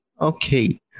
Okay